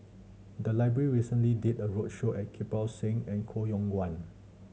the library recently did a roadshow at Kirpal Singh and Koh Yong Guan